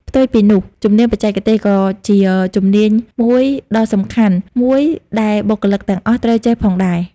ផ្ទុយពីនោះ ជំនាញបច្ចេកទេសក៏ជាជំនាញមួយដល់សំខាន់មួយដែលបុគ្គលិកទាំងអស់ត្រូវចេះផងដែរ។